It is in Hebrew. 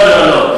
לא, לא, לא.